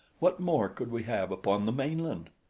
what more could we have upon the mainland?